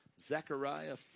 Zechariah